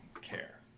care